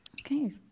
Okay